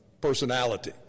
personality